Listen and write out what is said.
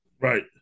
Right